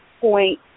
point